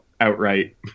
outright